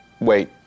wait